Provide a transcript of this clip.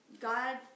God